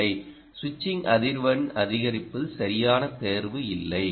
இல்லை சுவிட்சிங் அதிர்வெண் அதிகரிப்பது சரியான தேர்வு இல்லை